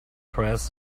press